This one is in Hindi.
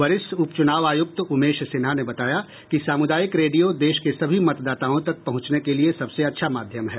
वरिष्ठ उपचुनाव आयुक्त उमेश सिन्हा ने बताया कि सामुदायिक रेडियो देश के सभी मतदाताओं तक पहुंचने के लिए सबसे अच्छा माध्यम है